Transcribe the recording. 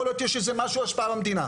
יכול להיות שיש השפעה מהמדינה.